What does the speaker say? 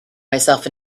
myself